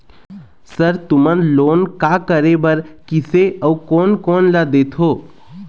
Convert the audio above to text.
Sir तुमन loan का का करें बर, किसे अउ कोन कोन ला देथों?